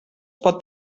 pot